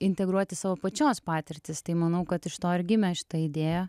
integruoti savo pačios patirtis tai manau kad iš to ir gimė šita idėja